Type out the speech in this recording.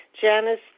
Janice